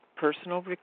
Personal